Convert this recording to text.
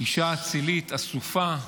אישה אצילית, אסופה,